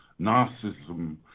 narcissism